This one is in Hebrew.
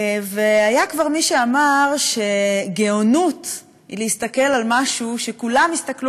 והיה כבר מי שאמר שגאונות להסתכל על משהו שכולם הסתכלו